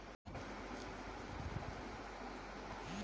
sucrose বা কেন sugar বের করবার লিগে আখকে প্রসেস করায়